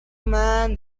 man